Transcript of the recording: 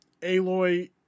Aloy